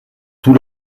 tout